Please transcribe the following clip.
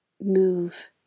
move